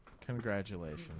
Congratulations